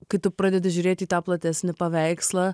kai tu pradedi žiūrėti į tą platesnį paveikslą